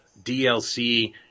DLC